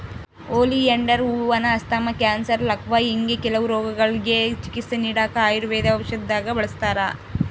oleander ಹೂವಾನ asthma, cancer, ಲಕ್ವಾ ಹಿಂಗೆ ಕೆಲವು ರೋಗಗುಳ್ಗೆ ಚಿಕಿತ್ಸೆ ನೀಡಾಕ ಆಯುರ್ವೇದ ಔಷದ್ದಾಗ ಬಳುಸ್ತಾರ